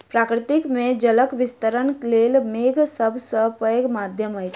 प्रकृति मे जलक वितरणक लेल मेघ सभ सॅ पैघ माध्यम अछि